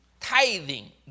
Tithing